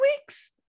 weeks